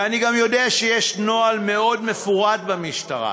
ואני גם יודע שיש נוהל מאוד מפורט במשטרה